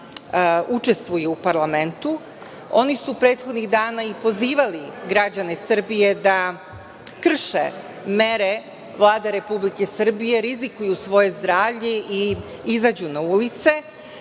učestvuje u parlamentu. Oni su prethodnih dana i pozivali građane Srbije da krše mere Vlade Republike Srbije, rizikuju svoje zdravlje i izađu na ulice.